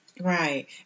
Right